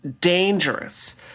dangerous